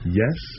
yes